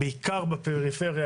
בעיקר בפריפריה,